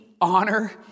honor